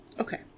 Okay